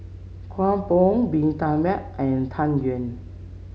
Kueh Bom Bee Tai Mak and Tang Yuen